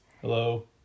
Hello